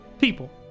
people